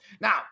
Now